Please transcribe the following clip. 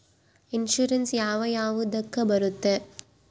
Insurance ಯಾವ ಯಾವುದಕ್ಕ ಬರುತ್ತೆ?